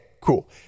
cool